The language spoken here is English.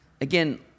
again